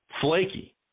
Flaky